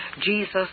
Jesus